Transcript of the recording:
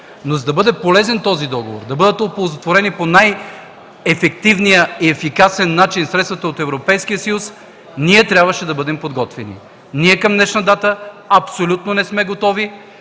но за да бъде полезен този договор, да бъдат оползотворени по най-ефективния и ефикасен начин средствата от Европейския съюз, ние трябваше да бъдем подготвени. Ние към днешна дата абсолютно не сме готови.